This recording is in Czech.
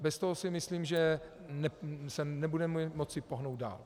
Bez toho si myslím, že se nebudeme moci pohnout dál.